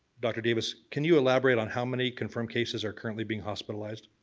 dr. davis, can you elaborate on how many confirmed cases are currently being hospitalized?